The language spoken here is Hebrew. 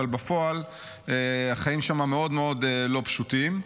אבל בפועל החיים שם מאוד מאוד לא פשוטים.